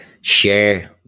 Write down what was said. share